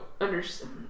understand